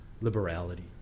liberality